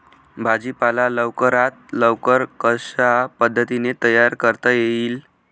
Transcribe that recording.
भाजी पाला लवकरात लवकर कशा पद्धतीने तयार करता येईल?